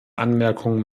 anmerkungen